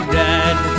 dead